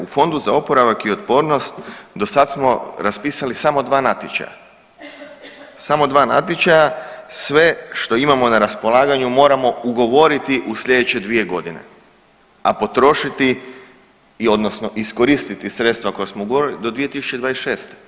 U Fondu za oporavak i otpornost do sad smo raspisali samo dva natječaja, samo dva natječaja, sve što imamo na raspolaganju moramo ugovoriti u sljedeće dvije godine, a potrošiti odnosno iskoristiti sredstva koja smo ugovorili do 2026.